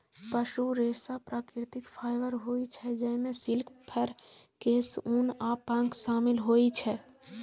पशु रेशा प्राकृतिक फाइबर होइ छै, जइमे सिल्क, फर, केश, ऊन आ पंख शामिल होइ छै